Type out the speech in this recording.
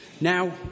Now